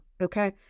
Okay